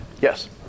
Yes